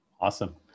Awesome